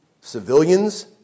Civilians